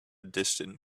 distant